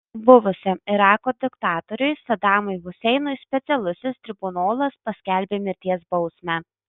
buvusiam irako diktatoriui sadamui huseinui specialusis tribunolas paskelbė mirties bausmę